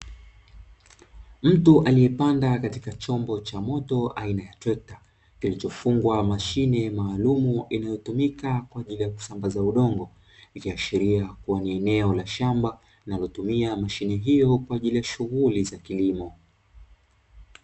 Mtu aliyepanda katika chombo cha moto aina ya trekta, kilichofungwa mashine maalumu inayotumika kwa ajili ya kusambaza udongo, ikiashiria kuwa ni eneo la shamba linalotumia mashine hiyo kwa ajili ya shughuli za kilimo.